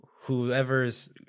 whoever's